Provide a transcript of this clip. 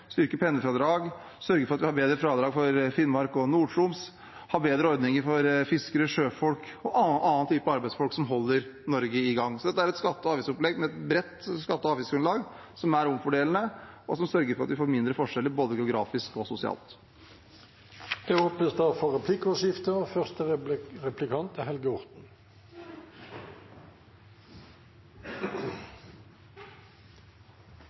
styrke pendlerfradraget, sørge for at vi har bedre fradrag for Finnmark og Nord-Troms og ha bedre ordninger for fiskere, sjøfolk og andre typer arbeidsfolk som holder Norge i gang. Dette er et skatte- og avgiftsopplegg med et bredt skatte- og avgiftsgrunnlag, som er omfordelende, og som sørger for at vi får mindre forskjeller – både geografisk og sosialt. Det blir replikkordskifte. Jeg registrerer at regjeringa og finansministeren allerede i sitt første